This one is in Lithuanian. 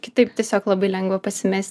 kitaip tiesiog labai lengva pasimes